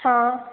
हाँ